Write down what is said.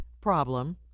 problem